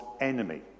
enemy